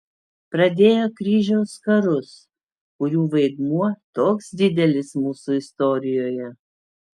pradėjo kryžiaus karus kurių vaidmuo toks didelis mūsų istorijoje